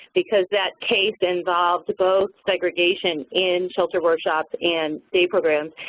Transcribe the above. because that case involved both segregation in sheltered workshops, and day programs.